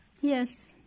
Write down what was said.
yes